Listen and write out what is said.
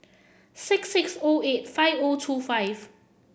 six six O eight five O two five